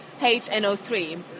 HNO3